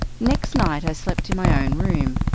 next night i slept in my own room,